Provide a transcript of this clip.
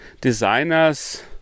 designers